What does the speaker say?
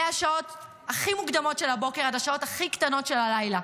מהשעות הכי מוקדמות של הבוקר עד השעות הכי קטנות של הלילה.